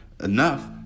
enough